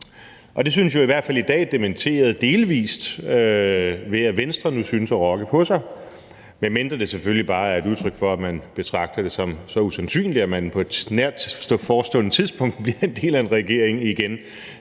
i hvert fald i dag dementeret delvist, ved at Venstre nu synes at rokke på sig, medmindre det selvfølgelig bare er et udtryk for, at man betragter det som så usandsynligt, at man på et nært forestående tidspunkt bliver en del af en regering igen,